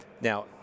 Now